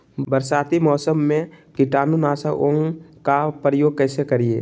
बरसाती मौसम में कीटाणु नाशक ओं का प्रयोग कैसे करिये?